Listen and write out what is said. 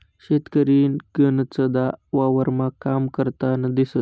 शेतकरी गनचदा वावरमा काम करतान दिसंस